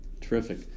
Terrific